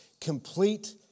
Complete